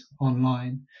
online